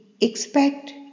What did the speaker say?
expect